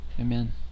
amen